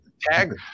tag